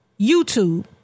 YouTube